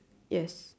yes